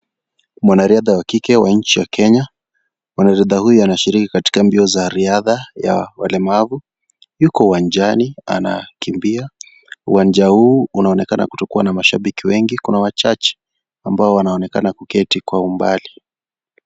Mwanariadha wa kike wa nchi ya Kenya, mwanariadha huyu anashiriki katika mbio za riadha ya walemavu yuko uwanjani anakimbia, uwanja huu unaonekana kutokuwa na mashabiki wengi, Kuna wachache ambao wanaonekana kuketi kwa umbali.